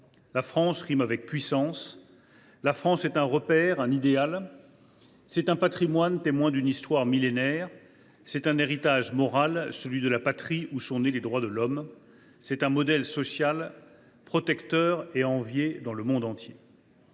La France rime avec puissance. La France est un repère et un idéal. C’est un patrimoine, témoin d’une histoire millénaire. C’est un héritage moral, celui de la patrie où sont nés les droits de l’homme. C’est un modèle social protecteur, envié dans le monde entier.